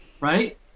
right